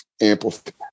amplified